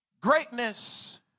Greatness